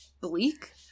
bleak